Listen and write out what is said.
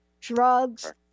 Drugs